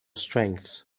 strengths